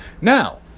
Now